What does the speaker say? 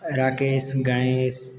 Rakesh Ganesh